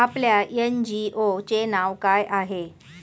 आपल्या एन.जी.ओ चे नाव काय आहे?